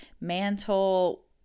mantle